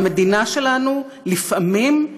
והמדינה שלנו, לפעמים,